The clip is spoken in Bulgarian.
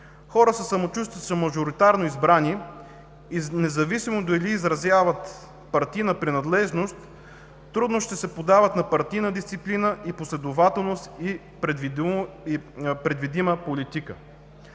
хора със самочувствие, че са мажоритарно избрани и независимо дали изразяват партийна принадлежност, трудно ще се поддават на партийна дисциплина, последователност и предвидима политика.